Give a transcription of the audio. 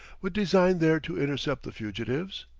with design there to intercept the fugitives?